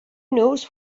knows